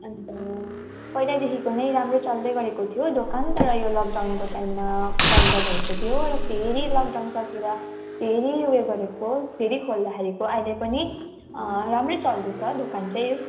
अन्त पहिल्यैदेखिको नै राम्रै चल्दै गरेको थियो हो दोकान तर यो लकडाउनको टाइममा बन्द भएको थियो र फेरि लकडाउन सकेर फेरि उयो गरेको फेरि खोल्दाखेरिको अहिले पनि राम्रै चल्दैछ दोकान चाहिँ